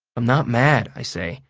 i'm not mad, i say,